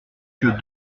que